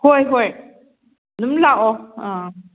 ꯍꯣꯏ ꯍꯣꯏ ꯑꯗꯨꯝ ꯂꯥꯛꯑꯣ ꯑꯥ